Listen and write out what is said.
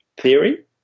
theory